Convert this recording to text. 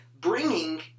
bringing